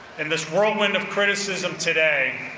in this world wind of criticism today,